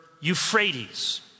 Euphrates